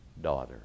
daughter